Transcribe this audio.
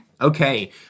Okay